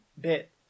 bit